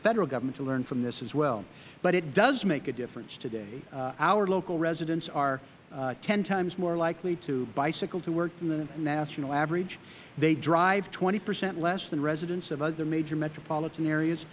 federal government to learn from this as well but it does make a difference today our local residents are ten times more likely to bicycle to work than the national average they drive twenty percent less than residents of other major metropolitan areas